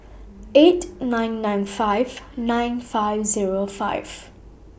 eight nine nine five nine five Zero five